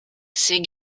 ses